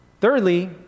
Thirdly